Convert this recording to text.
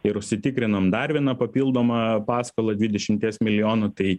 ir užsitikrinom dar vieną papildomą paskolą dvidešimties milijonų tai